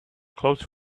close